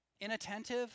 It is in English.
inattentive